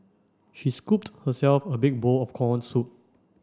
she scooped herself a big bowl of corn soup